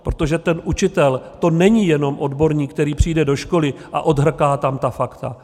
Protože ten učitel, to není jenom odborník, který přijde do školy a odhrká tam ta fakta.